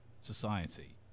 society